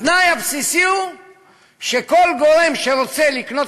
התנאי הבסיסי הוא שכל גורם שרוצה לקנות